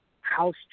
house